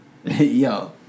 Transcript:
Yo